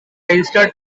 registered